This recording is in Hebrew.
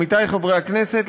עמיתי חברי הכנסת,